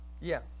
Yes